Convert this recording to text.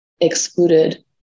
excluded